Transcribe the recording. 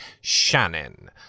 Shannon